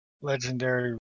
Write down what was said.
Legendary